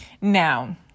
now